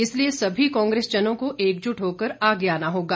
इसलिए सभी कांग्रेसजनों को एकजुट होकर आगे आना होगा